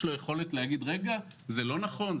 יש לו יכולת להגיד שזה לא נכון,